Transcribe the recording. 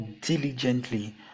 diligently